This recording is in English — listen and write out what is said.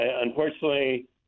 unfortunately